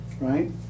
right